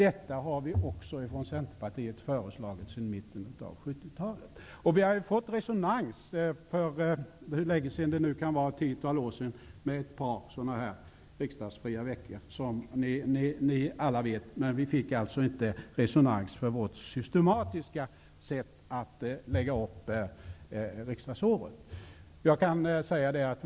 Detta har vi från Centerpartiet föreslagit sedan mitten av 70-talet. För ett tiotal år sedan fick vi resonans för vårt krav på riksdagsfria veckor, som alla vet. Men vi fick inte resonans för vårt krav på att man skall lägga upp riksdagsåret systematiskt på detta sätt.